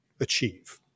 achieve